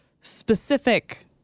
specific